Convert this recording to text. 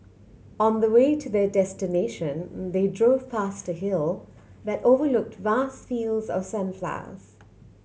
on the way to their destination they drove past a hill that overlooked vast fields of sunflowers